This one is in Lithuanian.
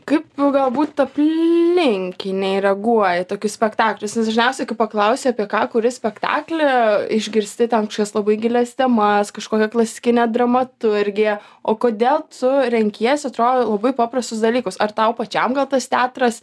kaip galbūt aplinkiniai reaguoja į tokius spektaklis nes dažniausiai kai paklausia apie ką kuri spektaklį išgirsti ten kažkokias labai gilias temas kažkokią klasikinę dramaturgiją o kodėl tu renkiesi atrodo labai paprastus dalykus ar tau pačiam gal tas teatras